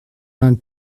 vingts